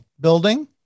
building